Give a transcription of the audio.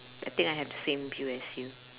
I think I have the same view as you